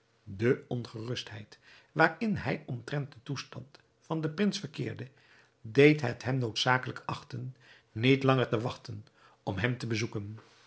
de ongerustheid waarin hij omtrent den toestand van den prins verkeerde deed het hem noodzakelijk achten niet langer te wachten om hem te bezoeken